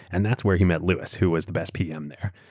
and that's where he met louis, who was the best pm there.